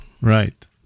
Right